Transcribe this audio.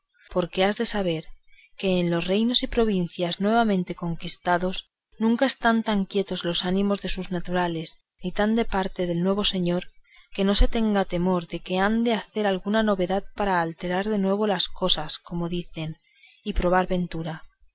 porque has de saber que en los reinos y provincias nuevamente conquistados nunca están tan quietos los ánimos de sus naturales ni tan de parte del nuevo señor que no se tengan temor de que han de hacer alguna novedad para alterar de nuevo las cosas y volver como dicen a probar ventura